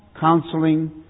counseling